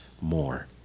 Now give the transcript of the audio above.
more